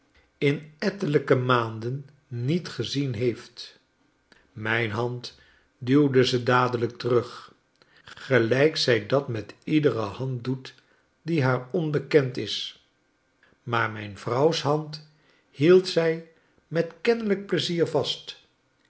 in ettelijke maanden niet gezien heeft mijn hand duwde zij dadelijk terug gelijk zij dat met iedere hand doet die haar onbekend is maar mijn vrouws hand hield zij met kennelijk pleizier vast